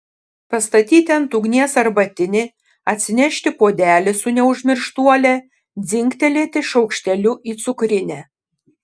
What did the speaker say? pastatyti ant ugnies arbatinį atsinešti puodelį su neužmirštuole dzingtelėti šaukšteliu į cukrinę